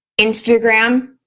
Instagram